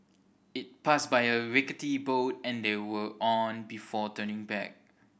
it passed by the rickety boat and they were on before turning back